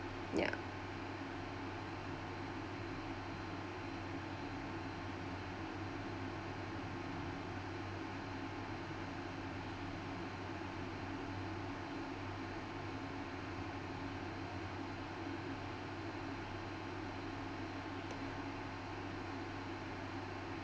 yeah